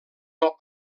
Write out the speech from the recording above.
del